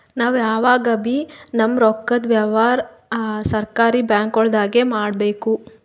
ನಾವ್ ಯಾವಗಬೀ ನಮ್ಮ್ ರೊಕ್ಕದ್ ವ್ಯವಹಾರ್ ಸರಕಾರಿ ಬ್ಯಾಂಕ್ಗೊಳ್ದಾಗೆ ಮಾಡಬೇಕು